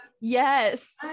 yes